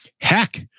Heck